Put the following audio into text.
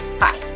Hi